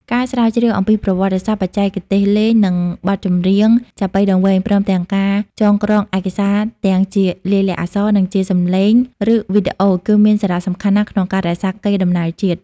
ការស្រាវជ្រាវអំពីប្រវត្តិសាស្រ្ត បច្ចេកទេសលេង និងបទចម្រៀងចាប៉ីដងវែង ព្រមទាំងការចងក្រងឯកសារទាំងជាលាយលក្ខណ៍អក្សរ និងជាសំឡេង ឬវីដេអូ គឺមានសារៈសំខាន់ណាស់ក្នុងការរក្សាកេរដំណែលជាតិ។